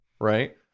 Right